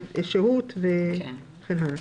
את השהות וכן הלאה.